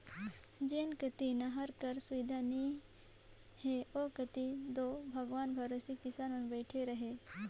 जेन कती नहर कर सुबिधा नी रहें ओ कती दो भगवान भरोसे किसान मन बइठे रहे